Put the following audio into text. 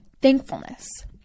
thankfulness